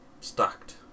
Stacked